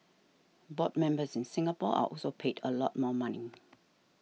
board members in Singapore are also paid a lot more money